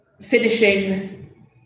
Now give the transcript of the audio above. finishing